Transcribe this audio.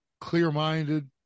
clear-minded